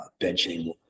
benching